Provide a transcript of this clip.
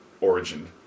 origin